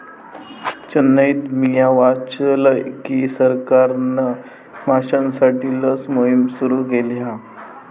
चेन्नईत मिया वाचलय की सरकारना माश्यांसाठी लस मोहिम सुरू केली हा